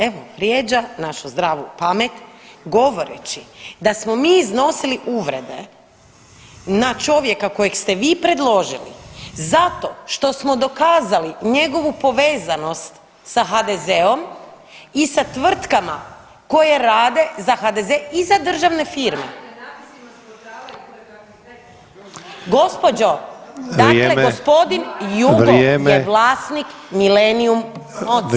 Evo vrijeđa našu zdravu pamet govoreći da smo mi iznosili uvrede na čovjeka kojeg ste vi predložili zato što smo dokazali njegovu povezanost sa HDZ-om i sa tvrtkama koje rade za HDZ i za državne firme. … [[Upadica sa strane, ne razumije se.]] Gospođo dakle gospodin Jugo je vlasnik Milenium